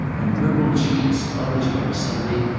and ribald sheets, published on a sunday,